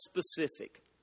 specific